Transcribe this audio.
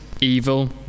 evil